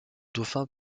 dauphin